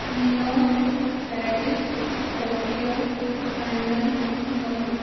New York Paris Tokyo London Singapore